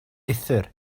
uthr